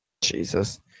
jesus